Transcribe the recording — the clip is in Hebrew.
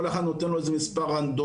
כל אחד נותן לו איזה מספר רנדומלי,